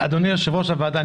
אדוני יושב-ראש הוועדה,